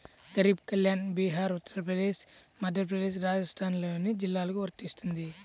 గరీబ్ కళ్యాణ్ బీహార్, ఉత్తరప్రదేశ్, మధ్యప్రదేశ్, రాజస్థాన్లోని జిల్లాలకు వర్తిస్తుంది